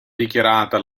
dichiarata